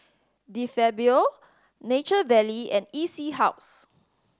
De Fabio Nature Valley and E C House